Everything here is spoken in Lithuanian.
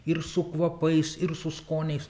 ir su kvapais ir su skoniais